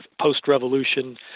post-revolution